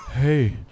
hey